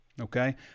okay